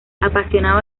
apasionado